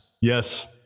Yes